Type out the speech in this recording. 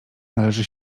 należy